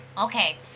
Okay